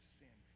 sin